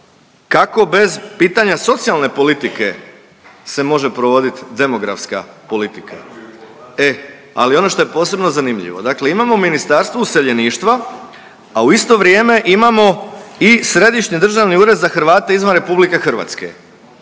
kako bez pitanja socijalne politike se može provodit demografska politika? E, ali ono što je posebno zanimljivo, dakle imamo Ministarstvo useljeništva, a u isto vrijeme imamo i Središnji državni ured za Hrvate izvan RH, nije li tu